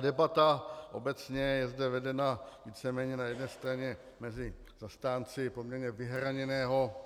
Debata obecně je zde vedena víceméně na jedné straně mezi zastánci poměrně vyhraněného